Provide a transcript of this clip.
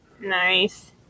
Nice